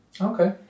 Okay